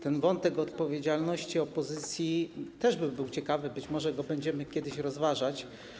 Ten wątek odpowiedzialności opozycji też by był ciekawy, być może kiedyś będziemy go rozważać.